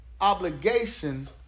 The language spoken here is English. obligation